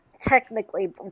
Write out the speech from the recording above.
technically